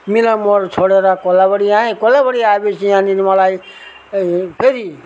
मिलान मोड छोडेर कोलाबरी आएँ कोलाबरी आएपछि यहाँनेरि मलाई फेरि